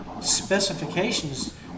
specifications